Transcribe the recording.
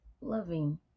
loving